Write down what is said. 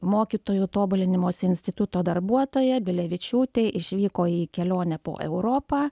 mokytojų tobulinimosi instituto darbuotoja bilevičiūtė išvyko į kelionę po europą